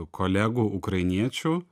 kolegų ukrainiečių